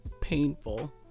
painful